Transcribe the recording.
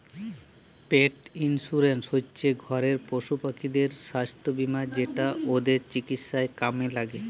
পেট insurance হচ্যে ঘরের পশুপাখিদের সাস্থ বীমা যেটা ওদের চিকিৎসায় কামে ল্যাগে